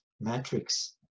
matrix